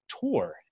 tour